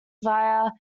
via